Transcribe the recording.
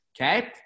okay